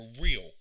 real